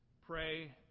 pray